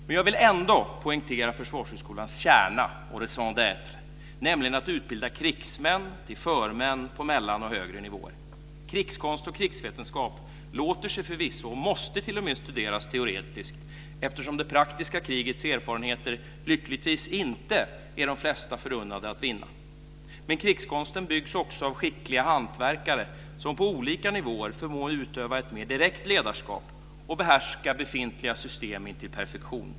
Men jag vill ändå poängtera Försvarshögskolans kärna och raison d être, nämligen att utbilda krigsmän till förmän på mellannivåer och högre nivåer. Krigskonst och krigsvetenskap låter sig förvisso och måste t.o.m. studeras teoretiskt, eftersom det praktiska krigets erfarenheter lyckligtvis inte är de flesta förunnade att vinna. Men krigskonsten byggs också av skickliga hantverkare som på olika nivåer förmår utöva ett mer direkt ledarskap och behärska befintliga system intill perfektion.